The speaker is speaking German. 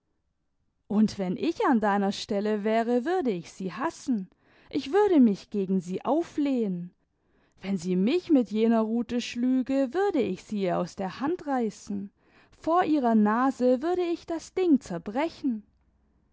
und wenn ich an deiner stelle wäre würde ich sie hassen ich würde mich gegen sie auflehnen wenn sie mich mit jener rute schlüge würde ich sie ihr aus der hand reißen vor ihrer nase würde ich das ding zerbrechen